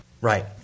Right